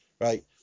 right